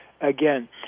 again